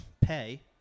pay